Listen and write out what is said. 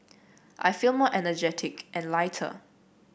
I feel more energetic and lighter